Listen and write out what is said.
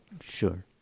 Sure